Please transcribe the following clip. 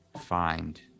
find